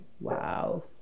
Wow